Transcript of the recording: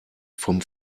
vom